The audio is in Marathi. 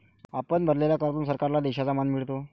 आपण भरलेल्या करातून सरकारला देशाचा मान मिळतो